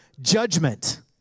judgment